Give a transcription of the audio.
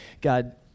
God